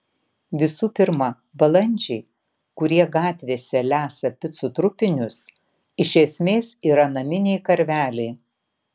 visų pirma balandžiai kurie gatvėse lesa picų trupinius iš esmės yra naminiai karveliai